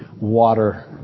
Water